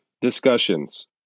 discussions